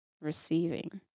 receiving